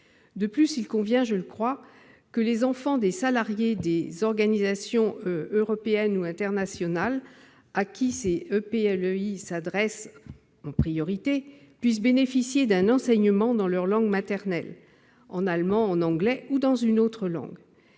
De plus, il convient que les enfants des salariés des organisations européennes ou internationales, à qui ces EPLEI s'adressent en priorité, puissent bénéficier d'un enseignement dans leur langue maternelle, en allemand, en anglais ou dans une autre langue.